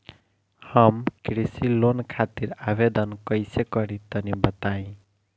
हम कृषि लोन खातिर आवेदन कइसे करि तनि बताई?